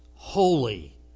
holy